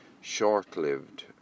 short-lived